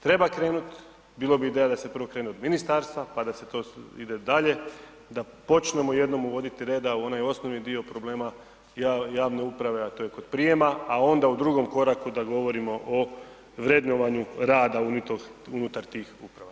Treba krenuti, bilo bi ideja da se prvo krene od ministarstva pa da se to ide dalje, da počnemo jednom uvoditi reda u onaj osnovni dio problema javne uprave a to je kod prijema a onda u drugom koraku da govorimo o vrednovanju rada unutar tih uprava.